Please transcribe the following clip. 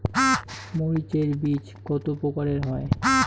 মরিচ এর বীজ কতো প্রকারের হয়?